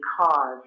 cause